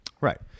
Right